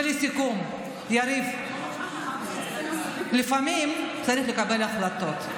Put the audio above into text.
לסיכום, יריב, לפעמים צריך לקבל החלטות.